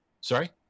Sorry